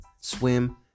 swim